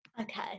Okay